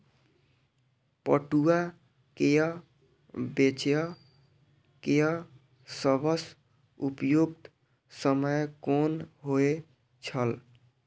पटुआ केय बेचय केय सबसं उपयुक्त समय कोन होय छल?